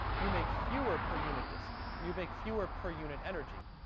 you make fewer per unit distance or you make fewer per unit energy.